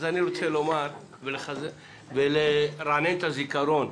אז אני רוצה לומר ולרענן את הזיכרון,